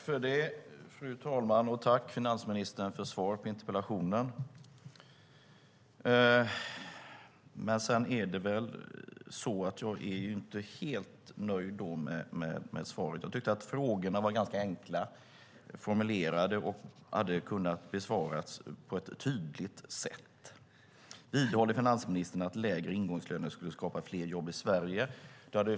Fru talman! Tack, finansministern, för svaret på interpellationen! Jag är dock inte helt nöjd med svaret. Jag tyckte att frågorna var ganska enkelt formulerade och hade kunnat besvaras på ett tydligt sätt. Vidhåller finansministern att lägre ingångslöner skulle skapa fler jobb i Sverige?